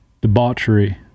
debauchery